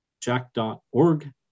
Jack.org